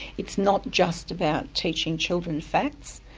it's not just about teaching children facts.